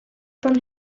from